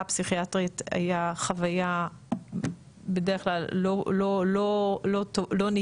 הפסיכיאטרית היה חוויה בדרך כלל לא נעימה,